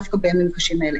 דווקא בימים קשים אלה.